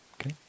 Okay